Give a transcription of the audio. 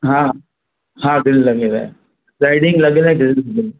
हा हा ग्रिल लॻियल आहे स्लाईडिंग लॻियल आहे ग्रिल में